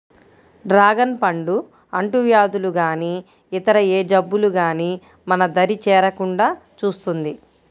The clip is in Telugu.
డ్రాగన్ పండు అంటువ్యాధులు గానీ ఇతర ఏ జబ్బులు గానీ మన దరి చేరకుండా చూస్తుంది